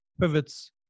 pivots